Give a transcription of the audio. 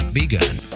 begun